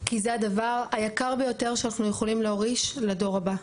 כי זה הדבר היקר ביותר שאנחנו יכולים להוריש לדור הבא,